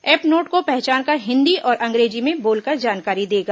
app note को पहचानकर हिन्दी और अंग्रेजी में बोलकर जानकारी देगा